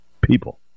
people